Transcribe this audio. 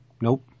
Nope